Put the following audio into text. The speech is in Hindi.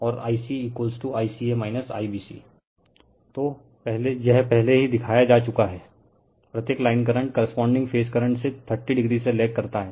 रिफर स्लाइड टाइम 2055 तो यह पहले ही दिखाया जा चूका हैं प्रत्येक line current corresponding phase current से 30o से लेग करता है